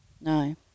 no